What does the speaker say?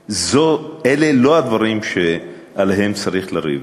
שאלה לא הדברים שעליהם צריך לריב.